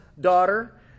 daughter